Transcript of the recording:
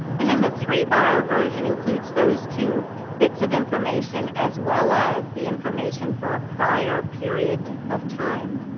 and then the three-bar version includes those two bits of information as well as the information for a prior period of time.